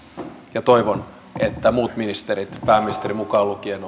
ja toivon että muut ministerit pääministeri mukaan lukien